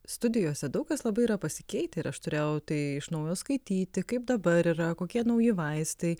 studijose daug kas labai yra pasikeitę ir aš turėjau tai iš naujo skaityti kaip dabar yra kokie nauji vaistai